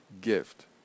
gift